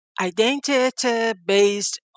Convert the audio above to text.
identity-based